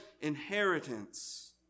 inheritance